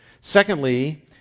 secondly